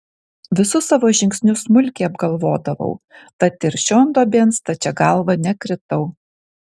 visus savo žingsnius smulkiai apgalvodavau tad ir šion duobėn stačia galva nekritau